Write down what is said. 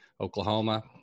oklahoma